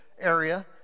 area